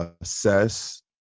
assess